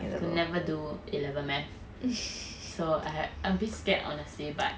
I can never do A level math so I'm a bit scared honestly but